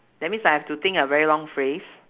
that means I have to think a very long phrase